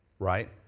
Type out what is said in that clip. Right